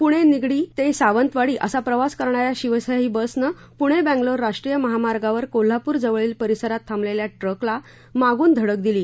पुणे निगडी ते सावंतवाडी असा प्रवास करणाऱ्या शिवशाही बसने पूणे बेंगलोर राष्ट्रीय महामार्गावर कोल्हापूरजवळील परिसरात थांबलेल्या ट्रकला बसने मागून धडक दिली